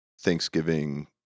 Thanksgiving